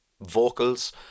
vocals